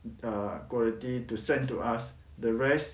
uh quality to send to us the rest